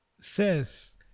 says